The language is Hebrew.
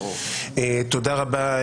תודה רבה.